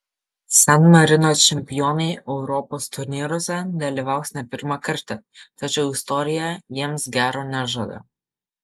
san marino čempionai europos turnyruose dalyvaus ne pirmą kartą tačiau istorija jiems gero nežada